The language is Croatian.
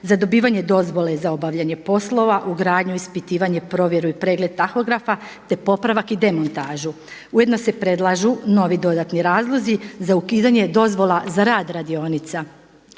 za dobivanje dozvole za obavljanje poslova, ugradnju, ispitivanje, provjeru i pregled tahografa, te popravak i demontažu. Ujedno se predlažu novi dodatni razlozi za ukidanje dozvola za rad radionica.